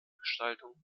gestaltung